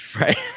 Right